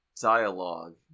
dialogue